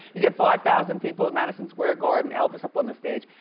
you get five thousand people at madison square garden, elvis up on the stage,